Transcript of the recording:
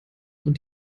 und